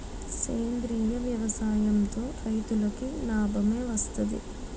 సేంద్రీయ వ్యవసాయం తో రైతులకి నాబమే వస్తది